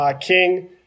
King